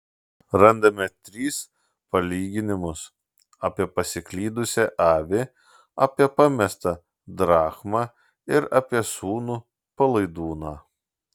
randame tris palyginimus apie pasiklydusią avį apie pamestą drachmą ir apie sūnų palaidūną